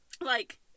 Like-